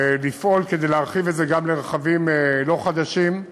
לפעול כדי להרחיב את זה גם לרכבים לא חדשים.